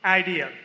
idea